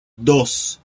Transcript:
dos